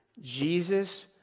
Jesus